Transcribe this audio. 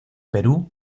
perú